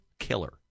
Killer